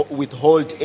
withhold